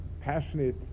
passionate